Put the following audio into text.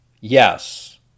Yes